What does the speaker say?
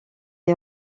est